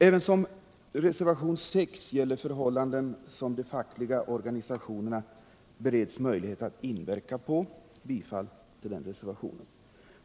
Även reservation 6 gäller förhållanden som de fackliga organisationerna bereds möjlighet att inverka på. Jag yrkar bifall till den reservationen.